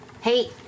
Hey